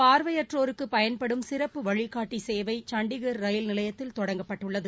பார்வையாற்றோருக்கு பயன்படும் சிறப்பு வழிகாட்டி சேவை சண்டிகர் ரயில் நிலையத்தில் தொடங்கப்பட்டுள்ளது